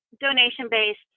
donation-based